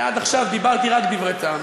עד עכשיו דיברתי רק דברי טעם.